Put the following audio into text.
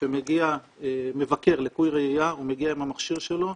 כשמגיע מבקר לקוי ראייה הוא מגיע עם המכשיר שלו,